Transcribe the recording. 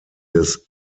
des